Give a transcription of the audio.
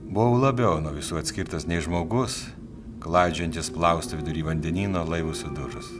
buvau labiau nuo visų atskirtas nei žmogus klaidžiojantis plaustu vidury vandenyno laivui sudužus